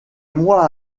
mois